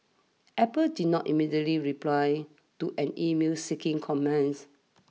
Apple did not immediately reply to an email seeking comments